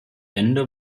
wende